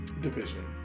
division